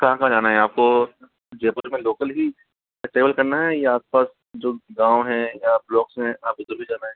कहाँ कहाँ जाना है आपको जयपुर मे लोकल ही ट्रैवल करना है या आस पास जो गाँव है या ब्लॉक्स हैं आप उधर भी जाना है